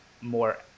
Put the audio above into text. more